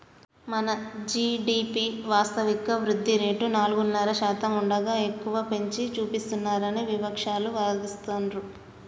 మన జీ.డి.పి వాస్తవిక వృద్ధి రేటు నాలుగున్నర శాతం ఉండగా ఎక్కువగా పెంచి చూపిస్తున్నారని విపక్షాలు వాదిస్తుండ్రు